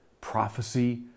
prophecy